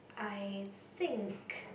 I think